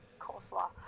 Coleslaw